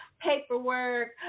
paperwork